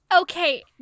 Okay